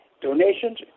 donations